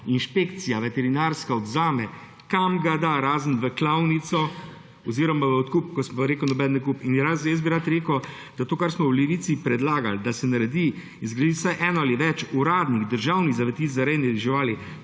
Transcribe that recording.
inšpekcija odvzame, kam ga da, razen v klavnico oziroma v odkup. Kot sem pa rekel, nobeden ne kupi. In jaz bi rad rekel, da to, kar smo v Levici predlagali, da se naredi, zgradi vsaj eno ali več uradnih državnih zavetišč za rejne živali,